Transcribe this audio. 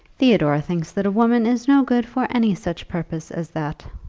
theodore thinks that a woman is no good for any such purpose as that,